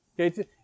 Okay